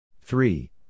three